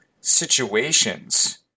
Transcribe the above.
situations